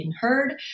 heard